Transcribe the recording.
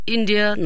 India